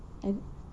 and